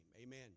Amen